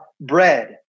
bread